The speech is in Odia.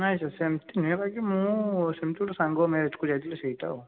ନାଇଁ ସାର୍ ସେମିତି ନୁହେଁ ବାକି ମୁଁ ସେମିତି ଗୋଟେ ସାଙ୍ଗ ମ୍ୟାରେଜ୍ କୁ ଯାଇଥିଲି ସେଇତ